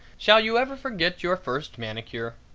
shall you ever forget your first manicure?